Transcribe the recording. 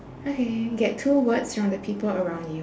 okay get two words from the people around you